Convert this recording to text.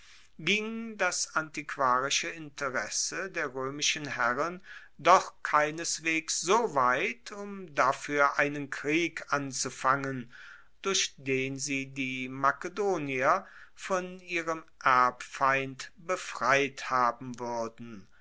ging das antiquarische interesse der roemischen herren doch keineswegs so weit um dafuer einen krieg anzufangen durch den sie die makedonier von ihrem erbfeind befreit haben wuerden